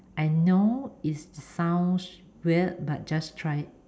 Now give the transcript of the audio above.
I know it sounds weird but just try it